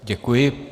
Děkuji.